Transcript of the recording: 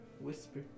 whisper